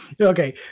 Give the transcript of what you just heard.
okay